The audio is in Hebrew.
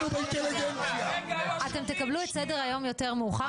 י"ז בתמוז תשפ"א,